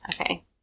Okay